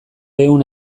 ehun